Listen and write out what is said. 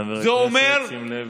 חבר הכנסת, שים לב.